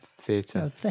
theatre